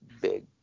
big